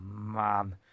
man